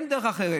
אין דרך אחרת,